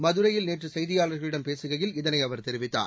மதுரையில் நேற்று செய்தியாளர்களிடம் பேசுகையில் இதனை அவர் தெரிவித்தார்